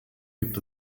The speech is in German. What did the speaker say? gibt